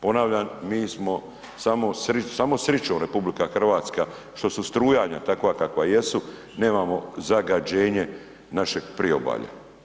Ponavljam, mi smo samo srićom RH što su strujanja takva kakva jesu, nemamo zagađenje našeg Priobalja.